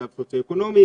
מצב סוציו-אקונומי,